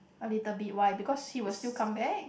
a little bit why because he will still come back